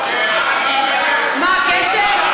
מה הקשר?